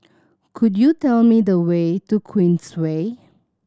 could you tell me the way to Queensway